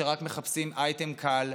שרק מחפשים אייטם קל,